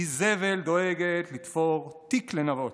איזבל דואגת לתפור תיק לנבות,